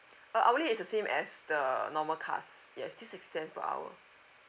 uh hourly it's the same as the normal cars yes this sixty cents per hour